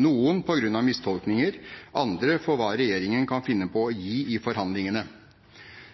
noen på grunn av mistolkninger, andre for hva regjeringen kan finne på å gi i forhandlingene.